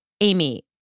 Amy